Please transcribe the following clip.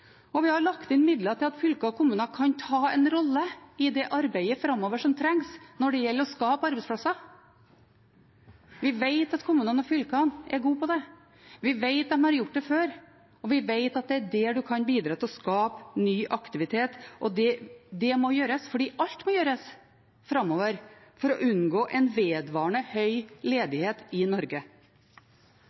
det arbeidet som trengs framover når det gjelder å skape arbeidsplasser. Vi vet at kommunene og fylkene er gode på det, vi vet at de har gjort det før, og vi vet at det er der man kan bidra til å skape ny aktivitet. Det må gjøres, for alt må gjøres framover for å unngå en vedvarende høy ledighet i Norge.